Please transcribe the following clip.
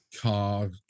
car